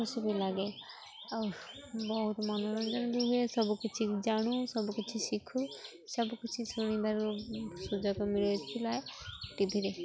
ଖୁସି ବି ଲାଗେ ଆଉ ବହୁତ ମନୋରଞ୍ଜନ ବି ହୁଏ ସବୁକିଛି ଜାଣୁ ସବୁକିଛି ଶିଖୁ ସବୁକିଛି ଶୁଣିବାରୁ ସୁଯୋଗ ମିଳିଥିଲା ଟିଭିରେ